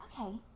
okay